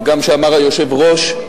ושאמר גם היושב-ראש,